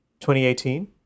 2018